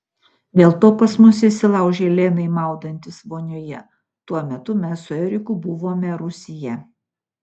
dėl to pas mus įsilaužei lenai maudantis vonioje tuo metu mes su eriku buvome rūsyje